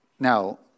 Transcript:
Now